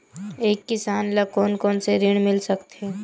एक किसान ल कोन कोन से ऋण मिल सकथे?